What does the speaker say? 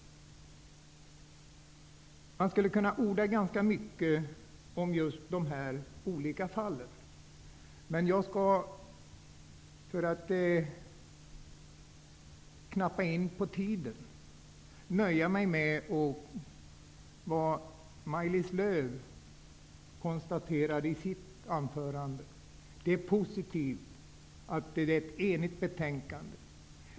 Man skulle kunna orda ganska mycket om just dessa olika fall. Men jag skall för att knappa in på tiden nöja mig med att instämma i vad Maj-Lis Lööw konstaterade i sitt anförande. Det är positivt att utskottet har varit enigt.